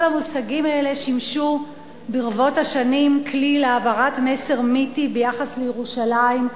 כל המושגים האלה שימשו ברבות השנים כלי להעברת מסר מיתי ביחס לירושלים,